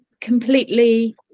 completely